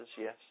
yes